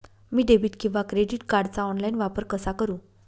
मी debit किंवा credit कार्डचा online वापर कसा करु?